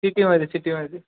सिटीमध्ये सिटीमध्ये